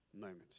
moment